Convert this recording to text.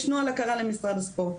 יש נוהל הכרה למשרד הספורט.